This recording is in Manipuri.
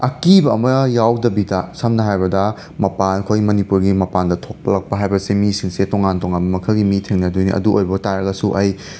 ꯑꯀꯤꯕ ꯑꯃ ꯌꯥꯎꯗꯕꯤꯗ ꯁꯝꯅ ꯍꯥꯏꯔꯕꯗ ꯃꯄꯥꯟ ꯑꯩꯈꯣꯏ ꯃꯅꯤꯄꯨꯔꯒꯤ ꯃꯄꯥꯟꯗ ꯊꯣꯛꯂꯛꯄ ꯍꯥꯏꯕꯁꯤ ꯃꯤꯁꯤꯡꯁꯦ ꯇꯣꯉꯥꯟ ꯇꯣꯉꯥꯟꯕ ꯃꯈꯜꯒꯤ ꯃꯤ ꯊꯦꯡꯅꯗꯣꯏꯅꯤ ꯑꯗꯨ ꯑꯣꯏꯕ ꯇꯥꯔꯒꯁꯨ ꯑꯩ